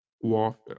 warfare